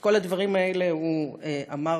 את כל הדברים האלה הוא אמר,